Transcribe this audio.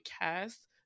cast